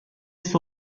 ise